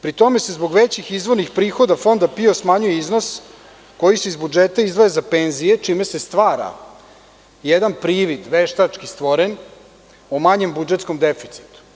Pri tome, zbog većih izvornih prihoda Fonda PIO se smanjuje iznos koji se iz budžeta izdvaja za penzije, čime se stvara jedan privid, veštački stvoren, o manjem budžetskom deficitu.